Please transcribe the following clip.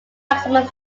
maximum